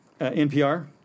NPR